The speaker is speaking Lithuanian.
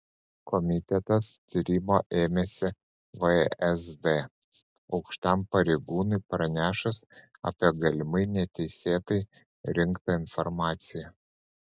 komitetas tyrimo ėmėsi vsd aukštam pareigūnui pranešus apie galimai neteisėtai rinktą informaciją